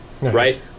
Right